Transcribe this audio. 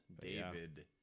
david